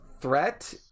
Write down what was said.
threat